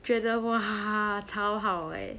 觉得哇超好 eh